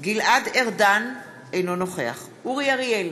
גלעד ארדן, אינו נוכח אורי אריאל,